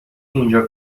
اینجا